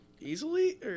easily